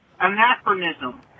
anachronism